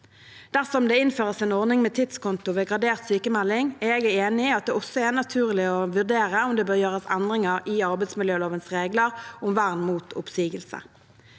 Dersom det innføres en ordning med tidskonto ved gradert sykmelding, er jeg enig i at det også er naturlig å vurdere om det bør gjøres endringer i arbeidsmiljølovens regler om vern mot oppsigelse.